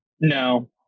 no